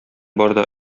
барда